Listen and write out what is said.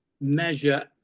measure